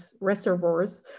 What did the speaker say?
reservoirs